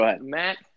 Matt